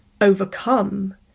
overcome